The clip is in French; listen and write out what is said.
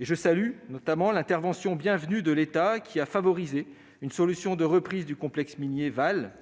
Je salue à ce propos l'intervention bienvenue de l'État, qui a favorisé une solution de reprise du complexe minier Vale.